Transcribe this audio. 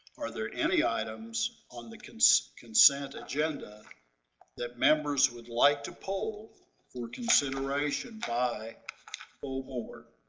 are there any items on the consent consent agenda that members would like to poll for consideration by whole board?